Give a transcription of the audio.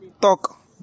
Talk